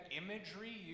imagery